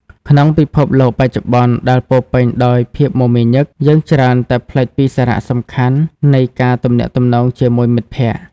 ក្នុងពិភពលោកបច្ចុប្បន្នដែលពោរពេញដោយភាពមមាញឹក យើងច្រើនតែភ្លេចពីសារៈសំខាន់នៃការទំនាក់ទំនងជាមួយមិត្តភក្តិ។